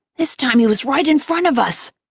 this time he was right in front of us.